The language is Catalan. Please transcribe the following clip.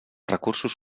recursos